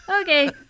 Okay